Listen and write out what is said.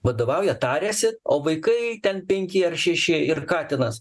vadovauja tariasi o vaikai ten penki ar šeši ir katinas